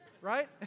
right